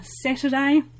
Saturday